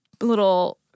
little